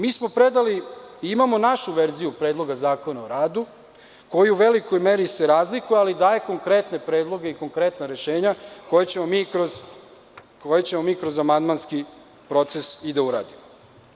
Mi smo predali i imamo našu verziju Predloga zakona o radu, koji se u velikoj meri razlikuje, ali daje konkretne predloge i konkretna rešenja, koja ćemo mi kroz amandmanski proces uraditi.